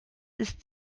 ist